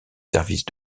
services